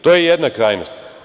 To je jedna krajnost.